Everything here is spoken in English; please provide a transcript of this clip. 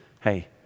Hey